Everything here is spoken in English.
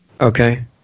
Okay